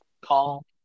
Call